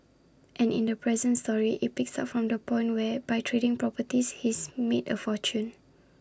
and in the present story IT picks IT up from the point where by trading properties he's made A fortune